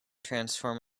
transform